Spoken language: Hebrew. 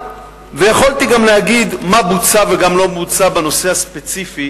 ויכולתי גם להגיד מה בוצע ומה לא בוצע בנושא הספציפי